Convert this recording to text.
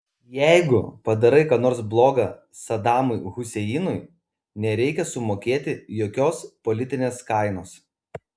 jeigu padarai ką nors bloga sadamui huseinui nereikia sumokėti jokios politinės kainos